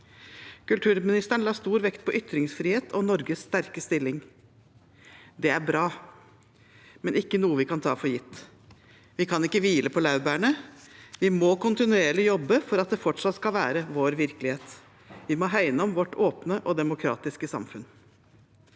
Kulturministeren la stor vekt på ytringsfrihet og Norges sterke stilling. Det er bra, men ikke noe vi kan ta for gitt. Vi kan ikke hvile på laurbærene; vi må kontinuerlig jobbe for at dette fortsatt skal være vår virkelighet. Vi må hegne om vårt åpne og demokratiske samfunn.